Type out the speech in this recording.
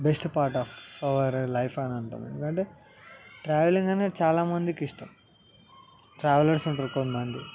best part of our life అనుకుంటాం ఎందుకంటే travelling అనేది చాలామందికి ఇష్టం ట్రావెలర్స్ ఉంటారు కొంతమంది